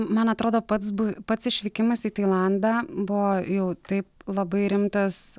man atrodo pats buv pats išvykimas į tailandą buvo jau taip labai rimtas